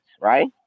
right